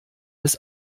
bis